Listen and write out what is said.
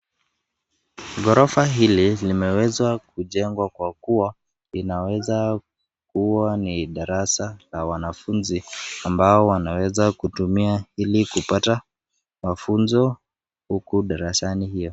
Ghorofa hili limeweza kujengwa kwa kuwa limeweza kuwa ni darasa la wanafunzi ambao wanaweza kutumia ili kupata mafunzo huku darasani hiyo.